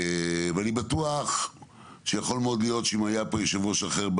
ואני בטוח שיכול מאוד להיות שאם היה פה יושב ראש אחר,